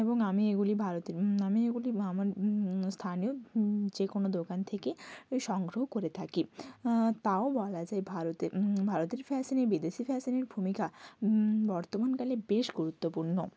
এবং আমি এগুলি ভারতের আমি এগুলি আমার স্থানীয় যে কোনও দোকান থেকে সংগ্রহ করে থাকি তাও বলা যায় ভারতে ভারতের ফ্যাশানে বিদেশি ফ্যাশানের ভূমিকা বর্তমানকালে বেশ গুরুত্বপূর্ণ